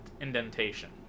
indentation